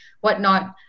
whatnot